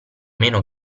meno